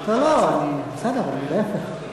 לא, לא, בסדר, להפך.